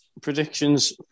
Predictions